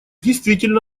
действительно